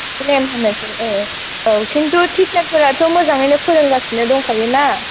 complain होनोसै औ औ खिन्थु टिचार फोराथ' मोजाङैनो फोरोंगासिनो दंखायो ना